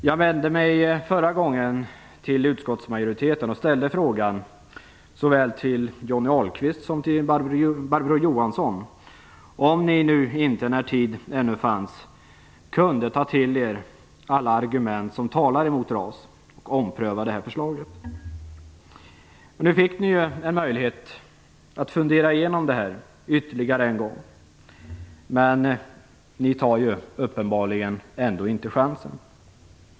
Jag vände mig förra gången till utskottsmajoriteten och frågade såväl Johnny Ahlqvist som Barbro Johansson om de inte när tid ännu fanns kunde ta till sig alla argument som talar emot RAS och ompröva förslaget. Ni fick en möjlighet att fundera igenom det ytterligare en gång, men ni tar uppenbarligen ändå inte chansen.